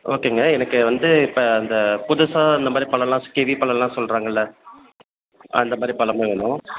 ஓகேங்க எனக்கு வந்து இப்போ அந்த புதுசாக அந்தமாதிரி பழம்லாம் கிவ்வி பழம்லாம் சொல்லுறாங்கள அந்தமாதிரி பழம் எல்லாம் வேணும்